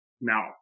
Now